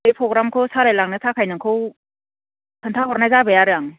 बे प्रग्रामखौ सालायलांनो थाखाय नोंखौ खोन्था हरनाय जाबाय आरो आं